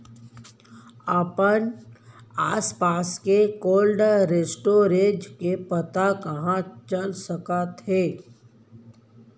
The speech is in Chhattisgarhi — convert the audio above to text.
अपन आसपास के कोल्ड स्टोरेज के पता कहाँ चल सकत हे?